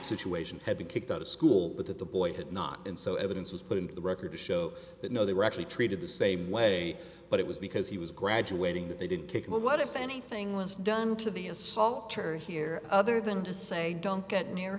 been kicked out of school but that the boy had not been so evidence was put in the record to show that no they were actually treated the same way but it was because he was graduating that they did pick him up what if anything was done to the assaulter here other than to say don't get near